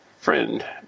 friend